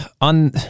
on